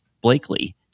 Blakely